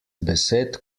besed